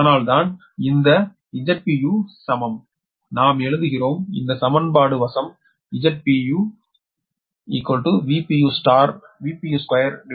அதனால்தான் இந்த Zpu சமம் நாம் எழுதுகிறோம் இந்த சமன்பாடு சமம் Zpu2Sload